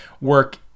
work